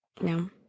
no